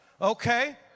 Okay